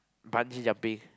bungee jumping